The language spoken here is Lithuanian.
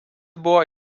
buvo